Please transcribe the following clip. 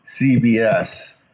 CBS